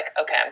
okay